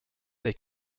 they